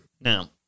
Now